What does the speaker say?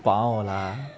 பாவம்:paavam lah